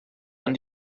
dann